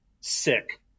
Sick